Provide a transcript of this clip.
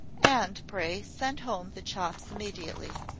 and, pray, send home the chops immediately.